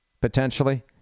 potentially